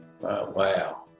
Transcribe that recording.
wow